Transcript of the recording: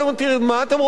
הקופה ריקה,